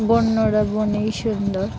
বন্যরা বনেই সুন্দর